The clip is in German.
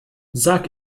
sag